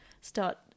start